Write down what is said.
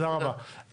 תודה רבה.